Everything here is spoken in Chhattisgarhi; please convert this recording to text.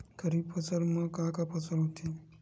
खरीफ फसल मा का का फसल होथे?